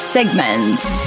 Segments